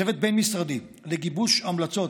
צוות בין-משרדי לגיבוש המלצות,